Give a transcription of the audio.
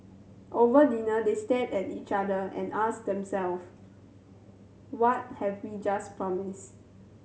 over dinner they stared at each other and asked themself What have we just promised